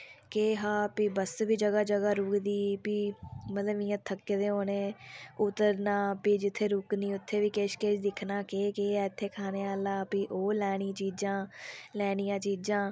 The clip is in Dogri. भी केह् हा बस्स बी भी जगह जगह रुक्कदी मतलब इंया थक्के दे होने उतरना भी उत्थें बी किश किश जां केह् केह् ऐ लैने आह्ला भी ओह् लैनी चीज़ां लैनियां चीज़ां